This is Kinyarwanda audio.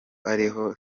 ariho